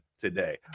today